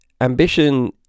ambition